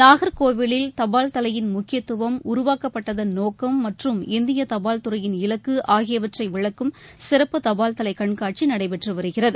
நாகர்கோவிலில் தபால் தலையின் முக்கியத்துவம் உருவாக்கப்பட்டதன் நோக்கம் மற்றம் இந்தியதபால் துறையின் இலக்குஆகியவற்றைவிளக்கும் சிறப்பு தபால் தலைகண்காட்சிநடைபெற்றுவருகிறது